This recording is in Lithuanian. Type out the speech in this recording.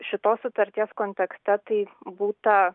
šitos sutarties kontekste tai būta